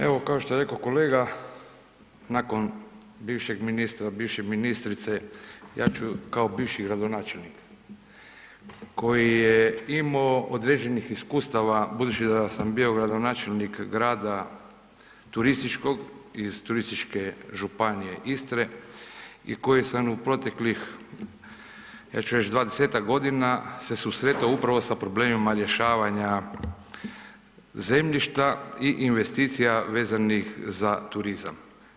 Evo kao što je rekao kolega, nakon bivšeg ministra, bivše ministrice, ja ću kao bivši gradonačelnik koji je imao određenih iskustava budući da sam bio gradonačelnik grada turističkog, iz turističke županije Istre i koji sam u proteklih, ja ću reći 20-ak se susretao sa problemima rješavanja zemljišta i investicija vezanih za turizam.